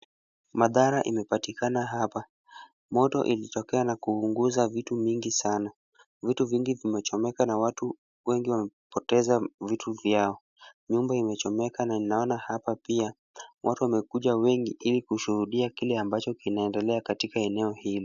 Madhara imepatikana hapa. Moto ilitokea na kuunguza vitu vingi sana. Vitu vingi vimechomeka na watu wengi wamepoteza vitu vyao. Nyumba imechomeka na ninaona hapa pia watu wamekuja wengi ili kushuhudia kile ambacho kinandelea katika eneo hili.